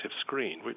screen